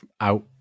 out